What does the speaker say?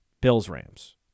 Bills-Rams